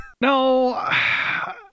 No